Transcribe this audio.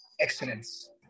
excellence